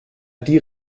die